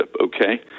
okay